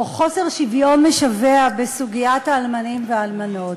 או חוסר שוויון משווע בסוגיית האלמנים והאלמנות.